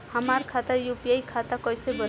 हमार खाता यू.पी.आई खाता कईसे बनी?